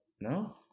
No